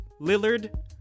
Lillard